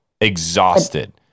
Exhausted